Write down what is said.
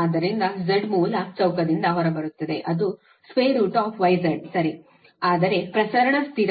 ಆದ್ದರಿಂದ Z ಮೂಲ ಚೌಕದಿಂದ ಹೊರಬರುತ್ತದೆ ಅದು YZ ಸರಿ ಆದರೆ ಪ್ರಸರಣ ಸ್ಥಿರ